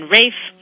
Rafe